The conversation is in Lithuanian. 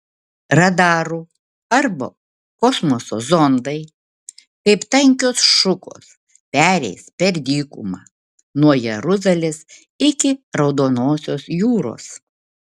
radarų arba kosmoso zondai kaip tankios šukos pereis per dykumą nuo jeruzalės iki raudonosios jūros